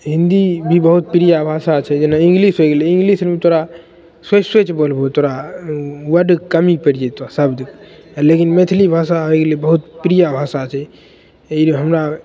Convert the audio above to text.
हिन्दी भी बहुत प्रिय भाषा छै जेना इन्गलिश होइ गेलै इन्गलिशमे तोरा सोचि सोचि बोलबहो तोरा वर्ड कमी पड़ि जेतऽ शब्द लेकिन मैथिली भाषा होइ गेलै बहुत प्रिय भाषा छै एहिले हमरा